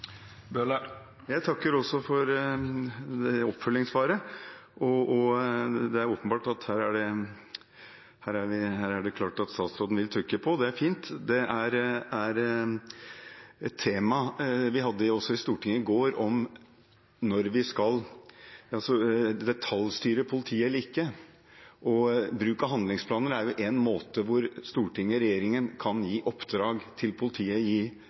Jeg takker også for oppfølgingssvaret. Her er det klart at statsråden vil trykke på, og det er fint. Et tema som vi også hadde i Stortinget i går, er om man skal detaljstyre politiet eller ikke, og bruk av handlingsplaner er jo én måte som Stortinget/regjeringen kan gi oppdrag til politiet på – gi